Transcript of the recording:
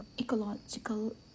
ecological